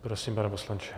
Prosím, pane poslanče.